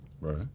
Right